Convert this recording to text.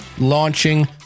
launching